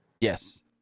Yes